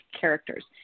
characters